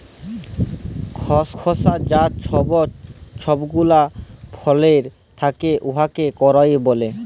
খসখসা যা ছব ছবড়া গুলা ফলের থ্যাকে উয়াকে কইর ব্যলে